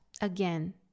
Again